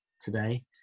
today